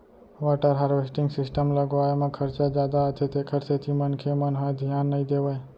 water harvesting system लगवाए म खरचा जादा आथे तेखर सेती मनखे मन ह धियान नइ देवय